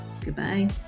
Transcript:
Goodbye